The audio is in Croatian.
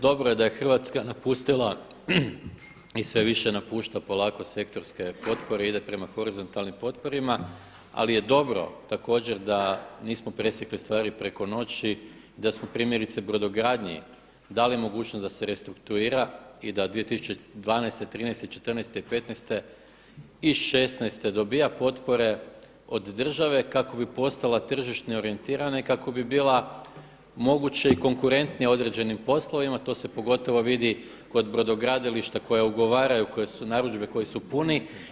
Dobro je da je Hrvatska napustila i sve više napušta polako sektorske potpore i ide prema horizontalnim potporama ali je dobro također da nismo presjekli stavi preko noći i da smo primjerice brodogradnji dali mogućnost da se restrukturira i da 2012., '13.-te, '14.-te, i 15.-te i '16.-te dobiva potpore od države kako bi postala tržišno orijentirana i kako bi bila moguće i konkurentnija u određenim poslovima, to se pogotovo vidi kod brodogradilišta koja ugovaraju, narudžbe kojih su puni.